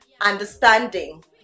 understanding